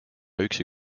üksi